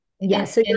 yes